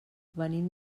venim